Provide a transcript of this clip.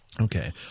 Okay